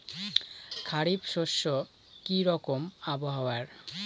খরিফ শস্যে কি রকম আবহাওয়ার?